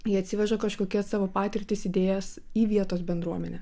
jie atsiveža kažkokias savo patirtis idėjas į vietos bendruomenę